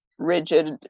rigid